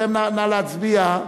נא להצביע,